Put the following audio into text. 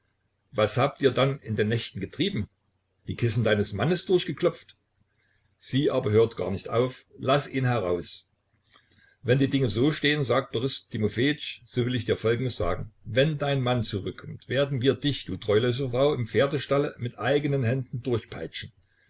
was habt ihr dann in den nächten getrieben die kissen deines mannes durchgeklopft sie aber hört gar nicht auf laß ihn heraus wenn die dinge so stehen sagt boris timofejitsch so will ich dir folgendes sagen wenn dein mann zurückkommt werden wir dich du treulose frau im pferdestalle mit eigenen händen durchpeitschen